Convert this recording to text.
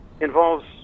involves